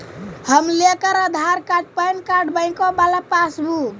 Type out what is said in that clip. हम लेकर Aadhaar card PAN card बैंकवा वाला पासबुक?